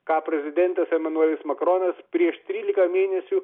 ką prezidentas emanuelis makronas prieš trylika mėnesių